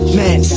man